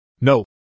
No